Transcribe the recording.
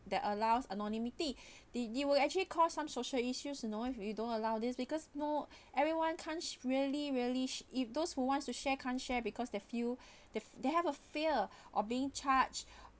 that allows anonymity did it will actually cause some social issues you know if you don't allow this because no everyone can't really really sh~ if those who wants to share can't share because they feel that they have a fear of being charged